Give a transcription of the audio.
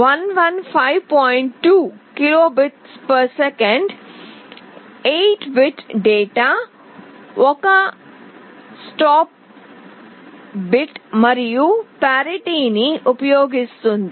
2 kbps 8 bit data 1 stop bit మరియు పారిటీని ఉపయోగిస్తుంది